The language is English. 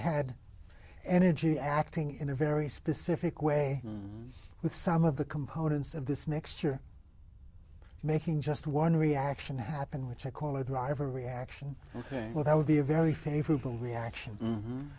had energy acting in a very specific way with some of the components of this mixture making just one reaction happened which i call a driver reaction well that would be a very favorable reaction